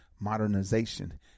modernization